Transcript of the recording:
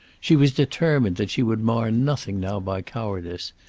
she was determined that she would mar nothing now by cowardice,